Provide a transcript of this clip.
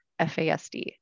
FASD